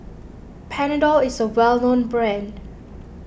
Panadol is a well known brand